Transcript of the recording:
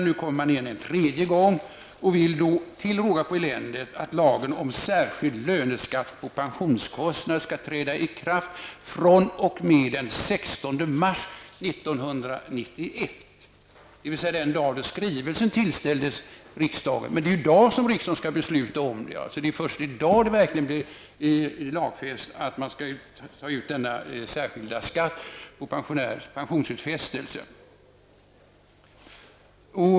Nu kommer den igen en tredje gång och vill då till råga på allt elände att lagen om särskild löneskatt på pensionsförmåner skall träda i kraft den 16 mars 1991, dvs. den dag då skrivelsen tillställdes riksdagen. Men det är i dag som riksdagen skall fatta beslut i ärendet. Det är alltså först i dag som det verkligen blir lagfäst att man skall ta ut denna särskilda skatt på pensionsutfästelser.